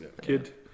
Kid